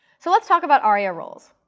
so let's talk about aria roles.